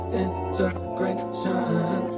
integration